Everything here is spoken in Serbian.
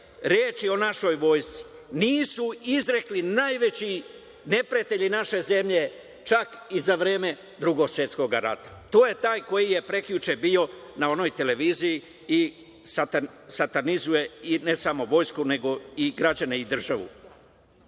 reči o našoj vojsci nisu izrekli najveći neprijatelji naše zemlje čak i za vreme Drugog svetskog rata. To je taj koji je prekjuče bio na onoj televiziji i satanizuje ne samo vojsku, nego i građane i državu. Samo